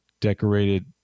decorated